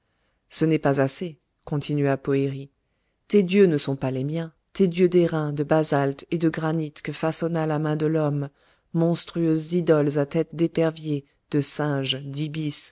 ce n'est pas assez continua poëri tes dieux ne sont pas les miens tes dieux d'airain de basalte et de granit que façonna la main de l'homme monstrueuses idoles à tête d'épervier de singe